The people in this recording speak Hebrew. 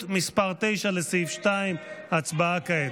לסעיף 2, הצבעה כעת.